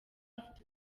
bafite